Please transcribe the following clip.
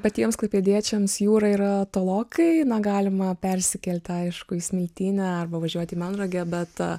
patiems klaipėdiečiams jūra yra tolokai na galima persikelti aišku į smiltynę arba važiuoti į melnragę bet